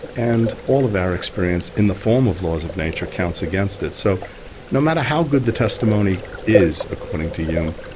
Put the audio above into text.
and all of our experience i the form of laws of nature counts against it. so no matter how good the testimony is, according to hume,